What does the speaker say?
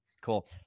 Cool